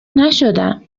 نشدم